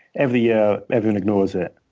every year, everyone ignores it.